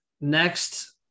next